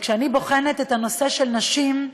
כשאני בוחנת את הנושא של נשים,